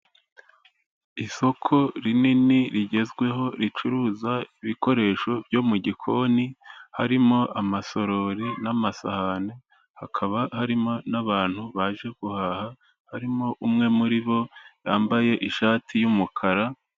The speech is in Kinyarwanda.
Isoko rinini rigezweho ricuruza ibikoresho byo mu gikoni, harimo amarori n'amasahani, hakaba harimo n'abantu baje guhaha, harimo umwe muri bo wambaye ishati y'umukara.